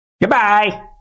Goodbye